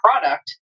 product